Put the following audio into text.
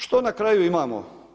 Što na kraju imamo?